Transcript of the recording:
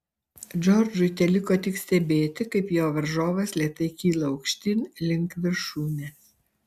džordžui teliko tik stebėti kaip jo varžovas lėtai kyla aukštyn link viršūnės